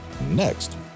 next